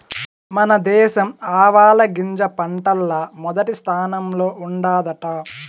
మన దేశం ఆవాలగింజ పంటల్ల మొదటి స్థానంలో ఉండాదట